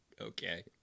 Okay